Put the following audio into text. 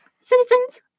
Citizens